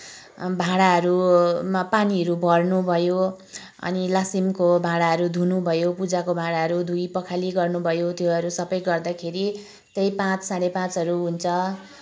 भाँडाहरूमा पानीहरू भर्नु भयो अनि लासिमको भाँडाहरू धुनु भयो पूजाको भाँडाहरू धुइ पखाली गर्नु भयो त्योहरू सबै गर्दाखेरि त्यही पाँच साढे पाँचहरू हुन्छ